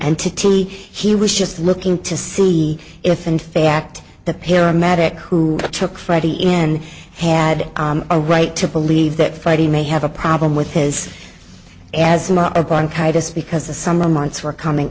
entity he was just looking to see if in fact the paramedic who took freddie in had a right to believe that friday may have a problem with his asthma or bronchitis because the summer months were coming